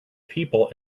people